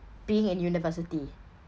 being in university